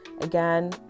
Again